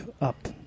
up